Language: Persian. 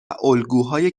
الگوهای